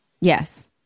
Yes